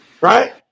right